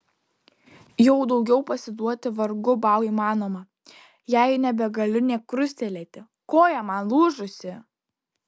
jau daugiau pasiduoti vargu bau įmanoma jei nebegaliu nė krustelėti koja man lūžusi